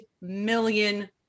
million